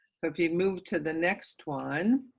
so if you move to the next one,